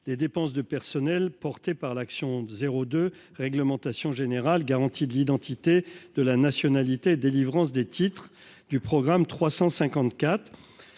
des dépenses de personnel porté par l'action 02 réglementations générales garantie d'identité de la nationalité délivrance des titres du programme 354,